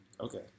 Okay